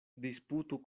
disputu